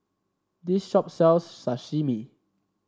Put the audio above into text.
this shop sells Sashimi